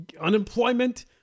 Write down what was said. unemployment